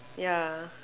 ya